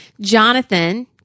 Jonathan